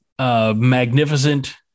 Magnificent